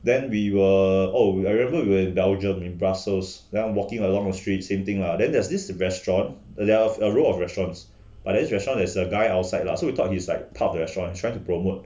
then we were oh I remember we were in belgium in brussels then I'm walking along a straight same thing lah then there's this restaurant there are a row of restaurants like there's this restaurant there's a guy outside lah so we thought he was like part of the restaurant and trying to promote